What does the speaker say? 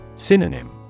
Synonym